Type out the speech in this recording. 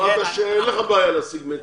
אמרת שאין לך בעיה לעשות מאצ'ינג.